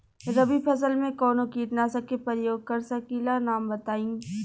रबी फसल में कवनो कीटनाशक के परयोग कर सकी ला नाम बताईं?